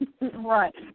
right